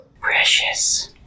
Precious